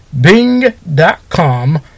Bing.com